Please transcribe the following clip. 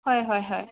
ꯍꯣꯏ ꯍꯣꯏ ꯍꯣꯏ